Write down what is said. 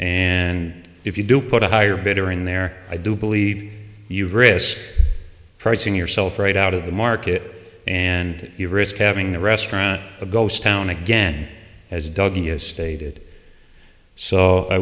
and if you do put a higher bidder in there i do believe you risk pricing yourself right out of the market and you risk having the restaurant a ghost town again as doug has stated so i